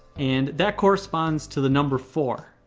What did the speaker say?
and that corresponds to the number four.